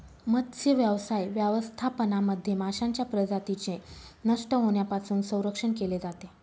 मत्स्यव्यवसाय व्यवस्थापनामध्ये माशांच्या प्रजातींचे नष्ट होण्यापासून संरक्षण केले जाते